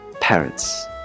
Parents